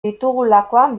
ditugulakoan